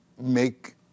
make